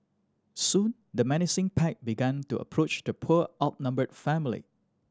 soon the menacing pack began to approach the poor outnumbered family